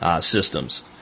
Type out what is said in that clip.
systems